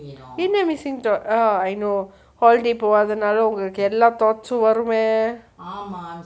என்ன:enna missing thoughts uh holiday போவாத நால எல்லா:poovatha naala ellam thoughts உம் வருமே:um varume